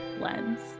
lens